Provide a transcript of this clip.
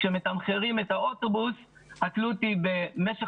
כשמתמחרים את האוטובוס התלות היא במשך